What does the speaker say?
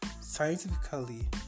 scientifically